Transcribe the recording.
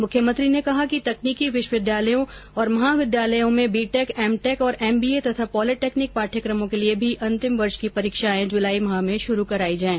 मुख्यमंत्री ने कहा कि तकनीकी विश्वविद्यालयों और महाविद्यालयों में भी बीटेक एमटेक और एमबीए तथा पॉलिटेक्नीक पाठ्यक्रमों के लिए भी अन्तिम वर्ष की परीक्षाएं जुलाई माह में शुरू कराई जाएं